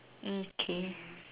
mm K